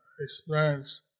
experience